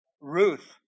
Ruth